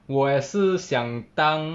我也是想当